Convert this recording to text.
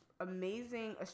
amazing